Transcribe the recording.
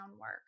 work